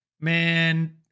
Man